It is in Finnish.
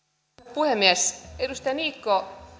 puhemies edustaja niikko